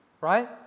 right